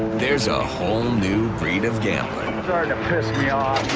there's a whole new breed of gambler. starting to piss me off.